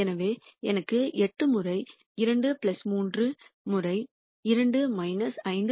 எனவே எனக்கு 8 முறை 2 3 முறை 2 5